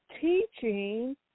teaching